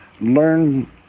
learn